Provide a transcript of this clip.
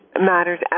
matters